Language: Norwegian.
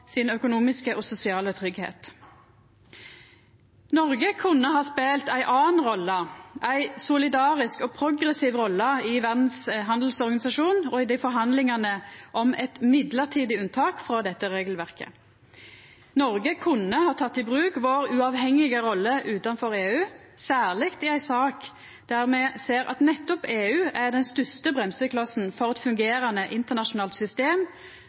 sin økonomiske og sosiale tryggleik. Noreg kunne ha spelt ei anna rolle, ei solidarisk og progressiv rolle i Verdshandelsorganisasjonen og i forhandlingane om eit mellombels unntak frå dette regelverket. Noreg kunne ha teke i bruk den uavhengige rolla vår utanfor EU, særleg i ei sak der me ser at nettopp EU er den største bremseklossen for eit fungerande internasjonalt system